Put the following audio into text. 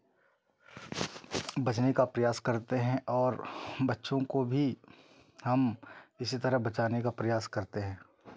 बचने का प्रयास करते हैं और बच्चों को भी हम इसी तरह बचाने का प्रयास करते हैं